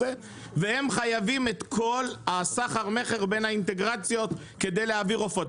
והם חייבים את כל סחר המכר בין האינטגרציות כדי להעביר עופות.